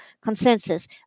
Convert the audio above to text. consensus